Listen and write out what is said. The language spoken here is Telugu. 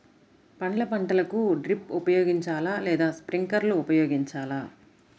పండ్ల పంటలకు డ్రిప్ ఉపయోగించాలా లేదా స్ప్రింక్లర్ ఉపయోగించాలా?